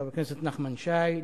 חבר הכנסת נחמן שי,